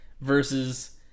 versus